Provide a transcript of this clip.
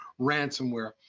ransomware